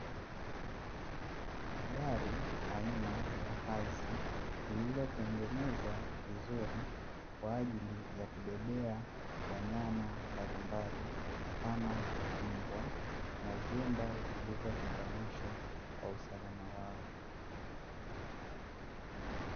Gari aina ya haisi lililotengenezwa vizuri kwa ajili ya kubebea wanyama mbalimbali kama mbwa, na vyumba vilivyotenganishwa kwa usalama wao.